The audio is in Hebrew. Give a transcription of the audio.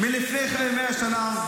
מלפני כן, מלפני 100 שנה?